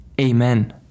Amen